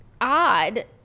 ...odd